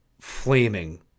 flaming